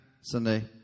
Sunday